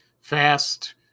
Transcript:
fast